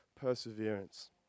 perseverance